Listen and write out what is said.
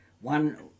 One